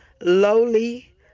lowly